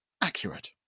accurate